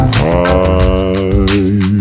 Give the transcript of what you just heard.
high